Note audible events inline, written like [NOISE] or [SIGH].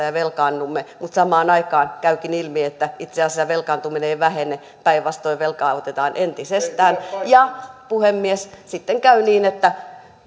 [UNINTELLIGIBLE] ja velkaannumme mutta samaan aikaan käykin ilmi että itse asiassa velkaantuminen ei vähene päinvastoin velkaa otetaan entisestään ja puhemies kun sitten käy niin että [UNINTELLIGIBLE]